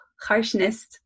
harshness